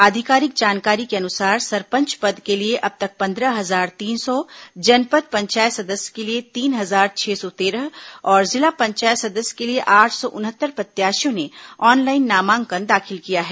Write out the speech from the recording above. आधिकारिक जानकारी के अनुसार सरपंच पद के लिए अब तक पंद्रह हजार तीन सौं जनपद पंचायत सदस्य के लिए तीन हजार छह सौ तेरह और जिला पंचायत सदस्य के लिए आठ सौ उनहत्तर प्रत्याशियों ने ऑनलाइन नामांकन दाखिल किया है